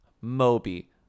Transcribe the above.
Moby